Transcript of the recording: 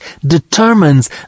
determines